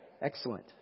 Excellent